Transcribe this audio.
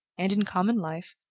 and in common life,